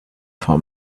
for